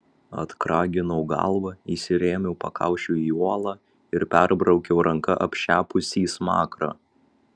atkraginau galvą įsirėmiau pakaušiu į uolą ir perbraukiau ranka apšepusį smakrą